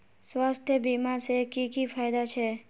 स्वास्थ्य बीमा से की की फायदा छे?